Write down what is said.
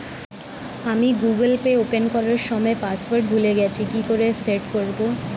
আমি Google Pay open করার সময় পাসওয়ার্ড ভুলে গেছি কি করে সেট করব?